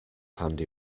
handy